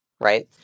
right